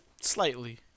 slightly